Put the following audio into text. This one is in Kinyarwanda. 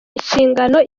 inshingano